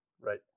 Right